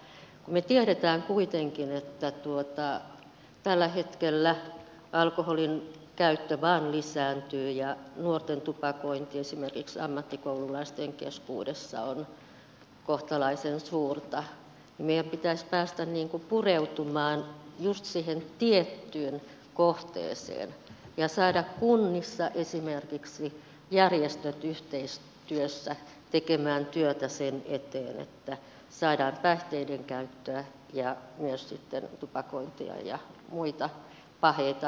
kun me tiedämme kuitenkin että tällä hetkellä alkoholinkäyttö vain lisääntyy ja nuorten tupakointi esimerkiksi ammattikoululaisten keskuudessa on kohtalaisen suurta meidän pitäisi päästä pureutumaan just siihen tiettyyn kohteeseen ja saada kunnissa esimerkiksi järjestöt yhteistyössä tekemään työtä sen eteen että saadaan päihteiden käyttöä ja myös sitten tupakointia ja muita paheita vähennettyä